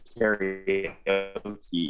karaoke